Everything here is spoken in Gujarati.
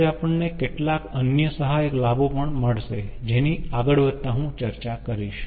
કદાચ આપણને કેટલાક અન્ય સહાયક લાભો પણ મળશે જેની આગળ વધતાં હું ચર્ચા કરીશ